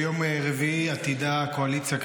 ביום רביעי עתידה הקואליציה,